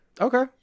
Okay